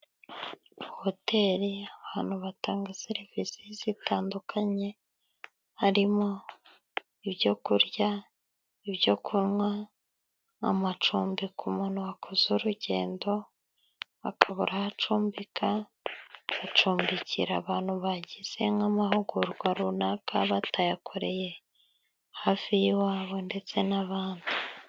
Hoteli y'abantu batanga serivisi zitandukanye, harimo ibyo kurya, ibyo kunywa, amacumbi ku muntu wakoze urugendo bakabura aho acumbika, bacumbikira abantu bagize nk'amahugurwa runaka, batayakoreye hafi y'iwabo ndetse n'abandi.